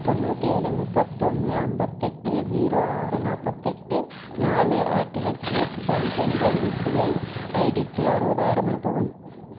தொண்ணூத்தேழு முப்பத்தி ஒன்று ஐம்பத்தெட்டு ஜீரோ ஆறு நாற்பத்தெட்டு நாலு அட் ஹெச்டிஎஃப்சி பேங்க் என்ற யுபிஐ ஐடிக்கு அறுபதாயிரம் அனுப்பவும்